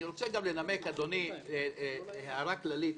אני רוצה גם לנמק, אדוני, הערה כללית: